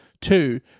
Two